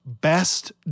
Best